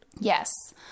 Yes